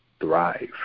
thrive